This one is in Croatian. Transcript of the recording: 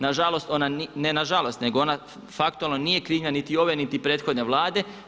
Na žalost, ne na žalost nego na faktualno nije krivnja niti ove niti prethodne vlade.